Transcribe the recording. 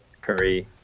Curry